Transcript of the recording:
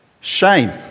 shame